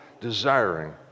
desiring